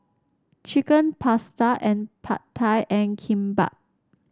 Chicken Pasta and Pad Thai and Kimbap